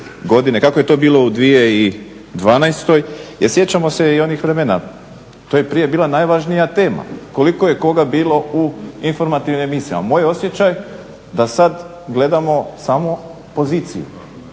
Kako je to bilo u 2012.? Jer sjećamo se i onih vremena. To je prije bila najvažnija tema koliko je koga bilo u informativnim emisijama. Moj je osjećaj da sad gledamo samo poziciju.